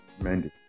Mandy